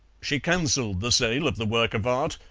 she cancelled the sale of the work of art,